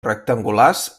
rectangulars